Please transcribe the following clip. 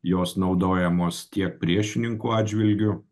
jos naudojamos tiek priešininkų atžvilgiu